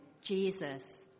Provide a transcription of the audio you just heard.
Jesus